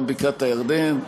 גם בקעת-הירדן.